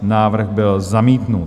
Návrh byl zamítnut.